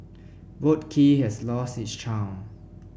Boat Quay has lost its charm